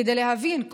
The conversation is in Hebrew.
כדי להבין.